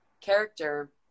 character